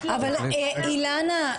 אבל אילנה,